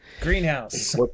Greenhouse